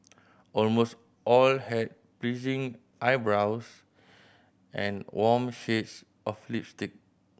almost all had pleasing eyebrows and warm shades of lipstick